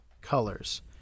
colors